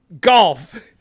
Golf